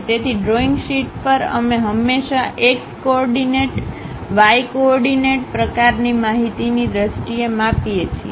તેથી drawing sheet પર અમે હંમેશાં x કોઓર્ડિનેટ y કોઓર્ડિનેટ પ્રકારની માહિતીની દ્રષ્ટિએ માપીએ છીએ